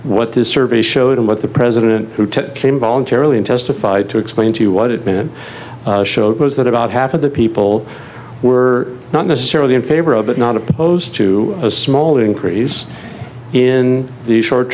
what this survey showed in what the president who came voluntarily in testified to explain to you what it meant was that about half of the people were not necessarily in favor of it not opposed to a small increase in the short